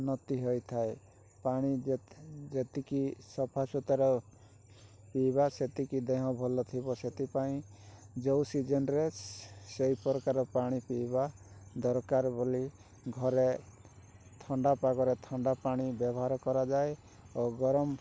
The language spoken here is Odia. ଉନ୍ନତି ହୋଇଥାଏ ପାଣି ଯେତେ ଯେତିକି ସଫା ସୁତରା ପିଇବା ସେତିକି ଦେହ ଭଲ ଥିବ ସେଥିପାଇଁ ଯେଉଁ ସିଜିନ୍ରେ ସେ ସେଇ ପ୍ରକାର ପାଣି ପିଇବା ଦରକାର ବୋଲି ଘରେ ଥଣ୍ଡା ପାଗରେ ଥଣ୍ଡା ପାଣି ବ୍ୟବହାର କରାଯାଏ ଓ ଗରମ